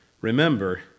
Remember